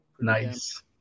Nice